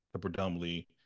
predominantly